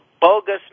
bogus